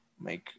make